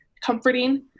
comforting